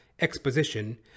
exposition